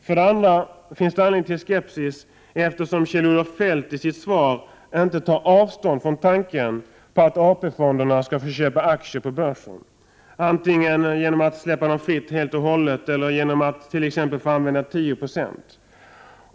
För det andra finns det anledning till skepsis eftersom Kjell-Olof Feldt i sitt svar inte tar avstånd från tanken på att AP-fonderna skall få köpa aktier på börsen, antingen genom att släppa dem fritt helt och hållet eller genom att t.ex. få använda 10 2.